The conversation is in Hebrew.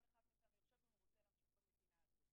אחד מאתנו יחשוב אם הוא רוצה להמשיך במדינה הזאת.